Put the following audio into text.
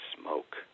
smoke